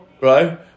right